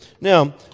Now